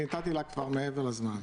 אני נתתי לה כבר מעבר לזמן.